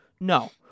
No